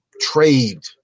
trade